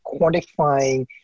quantifying